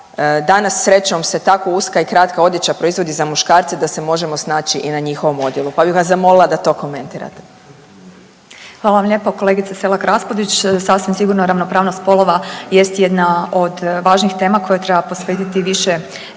danas srećom se tako uska i kratka odjeća proizvodi i za muškarce da se možemo snaći i na njihovom odjelu, pa bih vas zamolila da to komentirate. **Petir, Marijana (Nezavisni)** Hvala vam lijepo kolegice Selak Raspudić, sasvim sigurno ravnopravnost spolova jest jedna od važnih tema kojoj treba posvetiti više